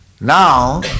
Now